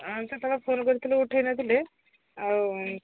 ଆଛା ତାଙ୍କ ଫୋନ୍ କରିଥିଲ ଉଠେଇ ନଥିଲେ ଆଉ